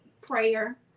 Prayer